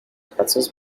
pretzels